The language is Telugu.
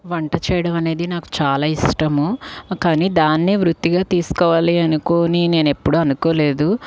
వంట చేయడం అనేది నాకు చాలా ఇష్టము కానీ దాన్ని వృత్తిగా తీసుకోవాలి అనుకోని నేను ఎప్పుడు అనుకోలేదు